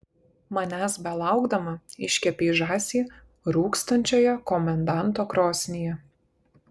manęs belaukdama iškepei žąsį rūkstančioje komendanto krosnyje